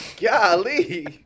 Golly